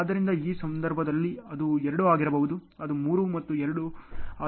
ಆದ್ದರಿಂದ ಈ ಸಂದರ್ಭದಲ್ಲಿ ಅದು 2 ಆಗಿರಬಹುದು ಅದು 3 ಮತ್ತು 2 ಆಗಿರಬಹುದು